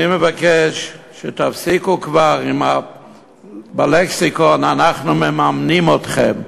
אני מבקש שתפסיקו כבר בלקסיקון עם "אנחנו מממנים אתכם".